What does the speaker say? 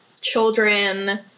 children